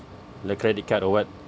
like credit card or what